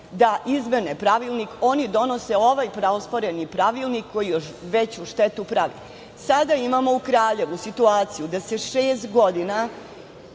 da izmene pravilnik oni donose ovaj osporeni pravilnik koji još veću štetu pravi. Sada imamo u Kraljevu situaciju da se šest godina